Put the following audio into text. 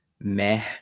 meh